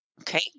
Okay